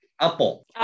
Apple